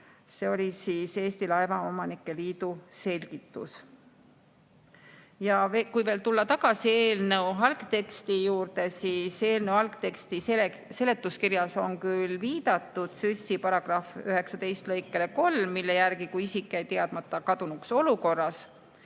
See oli Eesti Laevaomanike Liidu selgitus. Kui tulla tagasi eelnõu algteksti juurde, siis eelnõu algteksti seletuskirjas on küll viidatud TsÜS-i § 19 lõikele 3, mille järgi, kui isik jäi teadmata kadunuks olukorras,